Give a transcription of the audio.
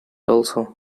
also